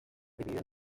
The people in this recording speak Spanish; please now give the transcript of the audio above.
dividido